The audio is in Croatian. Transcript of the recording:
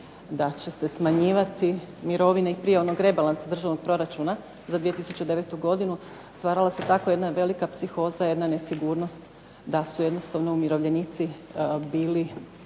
da će se smanjivati mirovine i prije onog rebalansa državnog proračuna za 2009. godinu. Stvarala se tako jedna velika psihoza, jedna nesigurnost da su jednostavno umirovljenici bili